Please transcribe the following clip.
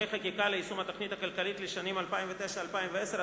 חקיקה ליישום התוכנית הכלכלית לשנים 2009 ו-2010),